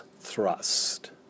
thrust